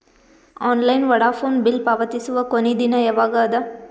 Online Vodafone bill ಪಾವತಿಸುವ ಕೊನಿ ದಿನ ಯವಾಗ ಅದ?